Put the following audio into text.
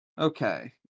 Okay